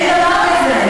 אין דבר כזה.